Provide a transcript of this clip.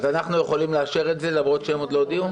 אנחנו יכולים לאשר את זה למרות שהם עוד לא הודיעו?